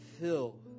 fill